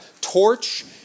torch